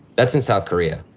that's in south korea.